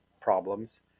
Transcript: problems